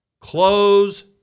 close